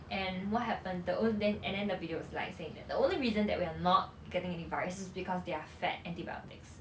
and what happen the then and then the video was like saying that the only reason that we're not getting any virus is because they are fed antibiotics